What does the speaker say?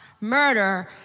murder